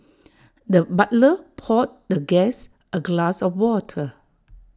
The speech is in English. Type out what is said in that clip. the butler poured the guest A glass of water